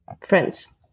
friends